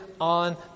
on